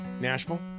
Nashville